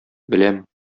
беләм